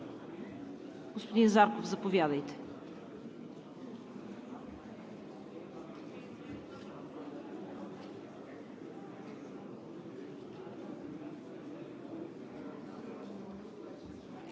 Господин Зарков, заповядайте.